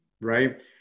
right